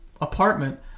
apartment